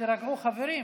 תירגעו, חברים.